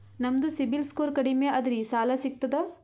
ನಮ್ದು CIBIL score ಕಡಿಮಿ ಅದರಿ ಸಾಲಾ ಸಿಗ್ತದ?